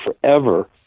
forever